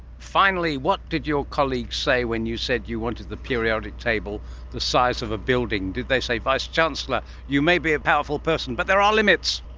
finally, what did your colleagues say when you said you wanted the periodic table the size of a building? did they say, vice-chancellor, you may be a powerful person but there are limits!